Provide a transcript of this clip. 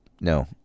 No